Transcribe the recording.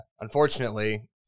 unfortunately